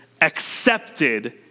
accepted